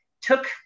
took